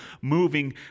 moving